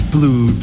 Blue